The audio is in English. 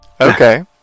Okay